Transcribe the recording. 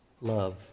love